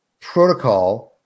protocol